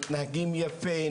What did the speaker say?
מתנהגים יפה,